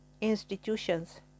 institutions